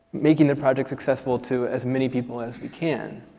making the project successful to as many people as we can.